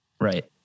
Right